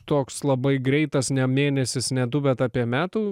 toks labai greitas ne mėnesis ne du bet apie metų